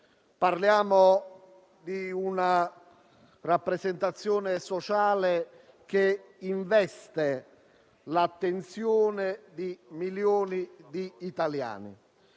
Parliamo di una rappresentazione sociale che investe l'attenzione di milioni di italiani